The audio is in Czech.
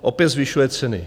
Opět zvyšuje ceny.